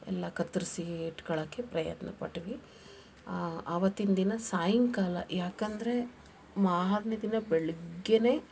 ಎಲ್ಲ ಕತ್ತರಿಸಿ ಇಟ್ಕೊಳಕ್ಕೆ ಪ್ರಯತ್ನಪಟ್ವಿ ಅವತ್ತಿನ ದಿನ ಸಾಯಂಕಾಲ ಏಕಂದ್ರೆ ಮಾರನೇ ದಿನ ಬೆಳಿಗ್ಗೆನೇ